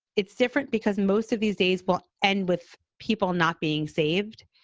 it's different because most of these days will end with people not being saved.